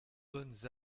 bonnes